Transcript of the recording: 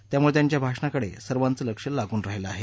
त्यामुळे त्यांच्या भाषणाकडे सर्वांचे लक्ष लागून राहिलं आहे